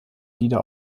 lieder